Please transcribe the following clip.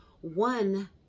one